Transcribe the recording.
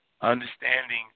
understanding